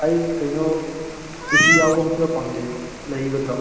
ꯑꯩ ꯀꯩꯅꯣ A C ꯌꯥꯎꯕ ꯍꯣꯇꯦꯜ ꯄꯥꯝꯖꯩ ꯂꯩꯒꯗ꯭ꯔꯣ